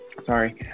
sorry